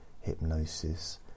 hypnosis